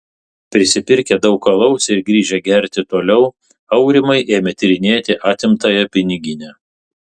prisipirkę daug alaus ir grįžę gerti toliau aurimai ėmė tyrinėti atimtąją piniginę